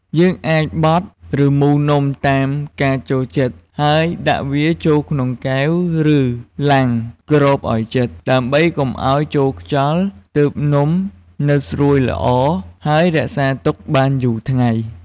យើងអាចបត់ ឬមូរនំ តាមការចូលចិត្ត ហើយដាក់វាចូលក្នុងកែវឬ ឡាំងគ្របអោយជិត ដើម្បីកុំអោយចូលខ្យល់ ទើបនំនៅស្រួយល្អ ហើយរក្សាទុកបានយូរថ្ងៃ។